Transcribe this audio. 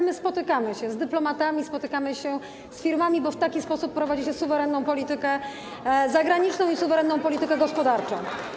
My spotykamy się z dyplomatami, spotykamy się z firmami, bo w taki sposób prowadzi się suwerenną politykę zagraniczną i suwerenną politykę gospodarczą.